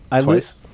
Twice